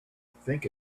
think